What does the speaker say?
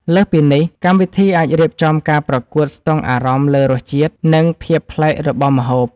លើសពីនេះ កម្មវិធីអាចរៀបចំការប្រកួតស្ទង់អារម្មណ៍លើរសជាតិ និងភាពប្លែករបស់ម្ហូប